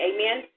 Amen